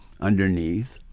underneath